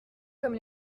comme